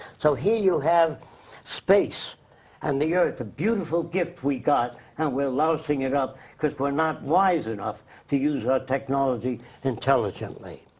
so here you have space and the earth, a beautiful gift we got and we're lousing it up, cause we're not wise enough to use our technology intelligently.